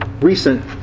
recent